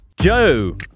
Joe